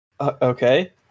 okay